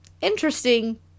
interesting